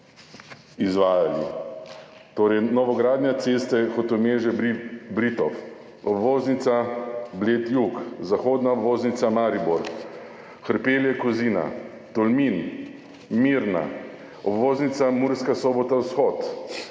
izvajali. Torej, novogradnja ceste Hotemaže–Britof, obvoznica Bled jug, zahodna obvoznica Maribor, Hrpelje–Kozina, Tolmin, Mirna, obvoznica Murska Sobota vzhod,